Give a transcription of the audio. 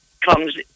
comes